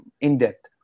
in-depth